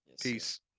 Peace